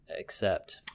accept